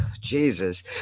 Jesus